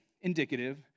indicative